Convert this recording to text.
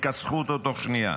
יכסחו אותו תוך שנייה.